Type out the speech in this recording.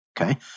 okay